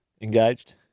Engaged